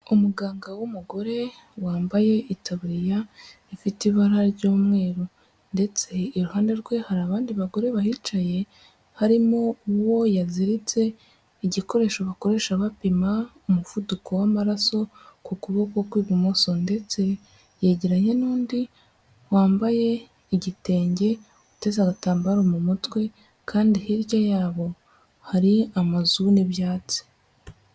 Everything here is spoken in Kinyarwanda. Umuganga w'umugore wambaye itaburiya ifite ibara ry'umweru ndetse iruhande rwe hari abandi bagore bahicaye, harimo uwo yaziritse igikoresho bakoresha bapima umuvuduko w'amaraso ku kuboko kw'ibumoso ndetse yegeranye n'undi wambaye igitenge uteze agatambaro mu mutwe kandi hirya yabo hari amazu n'ibyatsi.